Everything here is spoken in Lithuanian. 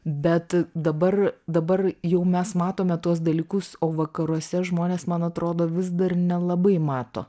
bet dabar dabar jau mes matome tuos dalykus o vakaruose žmonės man atrodo vis dar nelabai mato